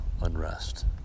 unrest